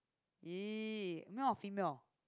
ee male or female